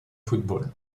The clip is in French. football